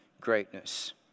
greatness